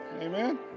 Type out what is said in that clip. Amen